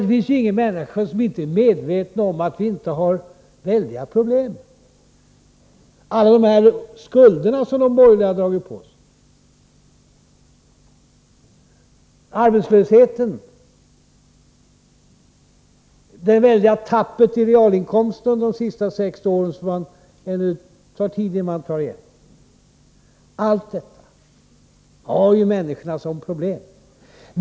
Det finns givetvis ingen som inte är medveten om att vi har väldiga problem: alla de skulder som de borgerliga dragit på oss, arbetslösheten och den väldiga minskningen av realinkomsten, som det tar tid innan man tar igen. Allt detta är problem för människorna.